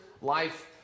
life